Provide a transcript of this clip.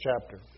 chapter